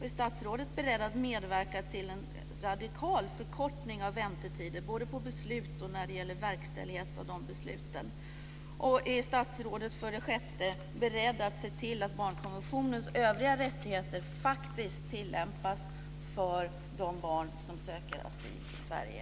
Är statsrådet beredd att medverka till en radikal förkortning av väntetiderna, både när det gäller beslut och när det gäller verkställigheten av de besluten? Är statsrådet beredd att se till att barnkonventionens övriga rättigheter faktiskt tillämpas för de barn som söker asyl i Sverige?